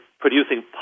producing